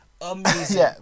amazing